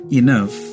enough